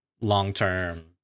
long-term